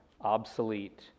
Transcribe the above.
obsolete